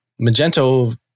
Magento